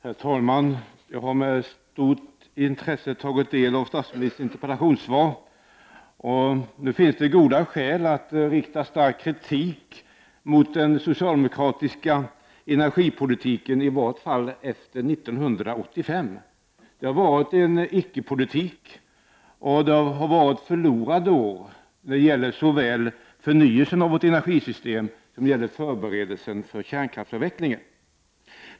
Herr talman! Jag har med stort intresse tagit del av statsministerns interpellationssvar. Det finns goda skäl att rikta stark kritik mot den socialdemokratiska energipolitiken, i varje fall politiken efter 1985. Det har förts en icke-politik och det har varit förlorade år när det gäller såväl förnyelse av vårt energisystem som förberedelse för kärnkraftsavvecklingen.